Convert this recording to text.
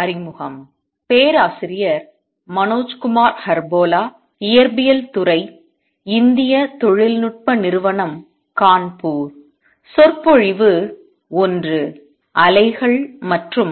அலைகள் மற்றும்